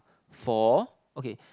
for okay